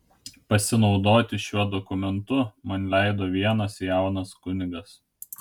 pasinaudoti šiuo dokumentu man leido vienas jaunas kunigas